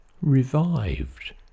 revived